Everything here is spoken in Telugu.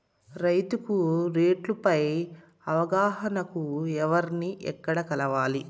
రైతుకు రేట్లు పై అవగాహనకు ఎవర్ని ఎక్కడ కలవాలి?